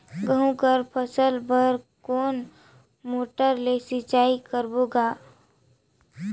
गहूं कर फसल बर कोन मोटर ले सिंचाई करबो गा?